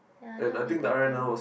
ya that will be better